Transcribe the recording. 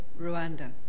Rwanda